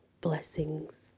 blessings